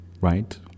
right